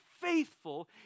faithful